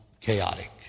chaotic